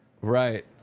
right